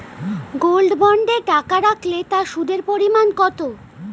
Gold বন্ডে টাকা রাখলে তা সুদের পরিমাণ কত?